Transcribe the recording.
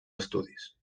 estudis